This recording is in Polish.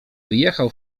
wyjechał